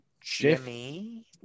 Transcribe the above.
Jimmy